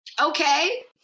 okay